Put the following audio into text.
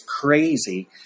crazy